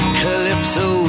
calypso